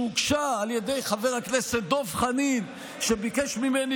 שהוגשה על ידי חבר הכנסת דב חנין, שביקש ממני